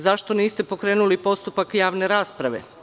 Zašto niste pokrenuli postupak javne rasprave?